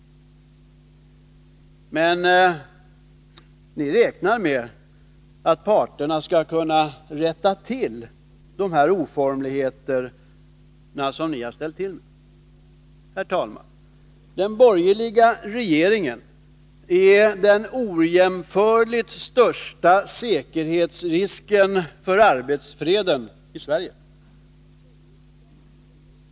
Men ni räknar med att parterna skall kunna rätta till de oformligheter som ni har ställt till med. Herr talman! Den borgerliga regeringen är den ojämförligt största säkerhetsrisken för arbetsfreden i Sverige.